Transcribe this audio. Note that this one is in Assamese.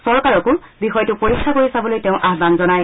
চৰকাৰকো বিষয়টো পৰীক্ষা কৰি চাবলৈ তেওঁ আহবান জনায়